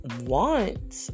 want